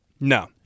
No